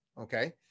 Okay